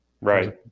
Right